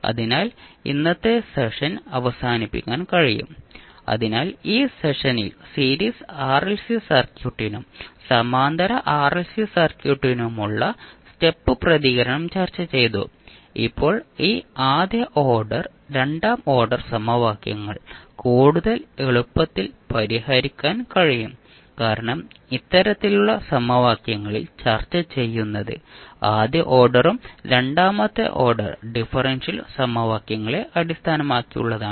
അതിനാൽ ഇന്നത്തെ സെഷൻ അവസാനിപ്പിക്കാൻ കഴിയും അതിനാൽ ഈ സെഷനിൽ സീരീസ് ആർഎൽസി സർക്യൂട്ടിനും സമാന്തര ആർഎൽസി സർക്യൂട്ടിനുമുള്ള സ്റ്റെപ്പ് പ്രതികരണം ചർച്ചചെയ്തു ഇപ്പോൾ ഈ ആദ്യ ഓർഡർ രണ്ടാം ഓർഡർ സമവാക്യങ്ങൾ കൂടുതൽ എളുപ്പത്തിൽ പരിഹരിക്കാൻ കഴിയും കാരണം ഇത്തരത്തിലുള്ള സമവാക്യങ്ങളിൽ ചർച്ച ചെയ്യുന്നത് ആദ്യ ഓർഡറും രണ്ടാമത്തെ ഓർഡർ ഡിഫറൻഷ്യൽ സമവാക്യങ്ങളെ അടിസ്ഥാനമാക്കിയുള്ളതാണ്